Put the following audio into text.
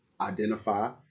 identify